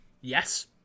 Yes